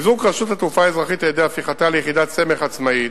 חיזוק רשות התעופה האזרחית על-ידי הפיכתה ליחידת סמך עצמאית,